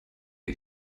wir